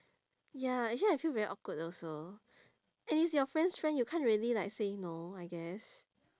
ya actually I feel very awkward also and it's your friend's friend you can't really like say no I guess